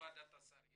בוועדת השרים